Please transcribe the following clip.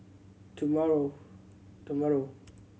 tomorrow tomorrow